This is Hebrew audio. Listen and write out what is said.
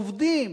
עובדים.